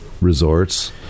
resorts